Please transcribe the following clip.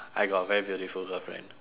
I got a very beautiful girlfriend